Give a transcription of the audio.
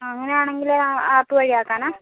അങ്ങനെ ആണെങ്കിൽ ആപ്പ് വഴി ആക്കാനാണോ